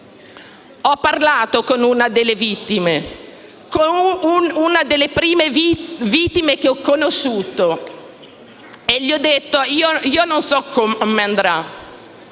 ho parlato con una delle prime vittime che ho conosciuto e gli ho detto che non so come andrà,